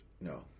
No